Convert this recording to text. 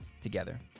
together